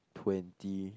twenty